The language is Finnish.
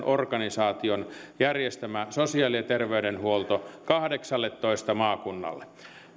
organisaation järjestämä sosiaali ja terveydenhuolto kahdeksalletoista maakunnalle